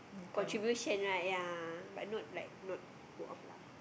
contribution right ya but not like not go off lah